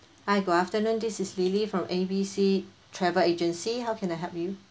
hi good afternoon this is lily from A B C travel agency how can I help you